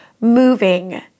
moving